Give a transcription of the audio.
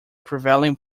prevailing